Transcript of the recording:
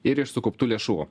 ir iš sukauptų lėšų